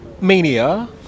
mania